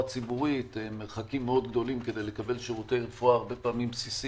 ציבורית מרחקים מאוד גדולים כדי לקבל שירותי רפואה בסיסיים.